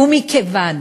ומכיוון